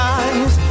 eyes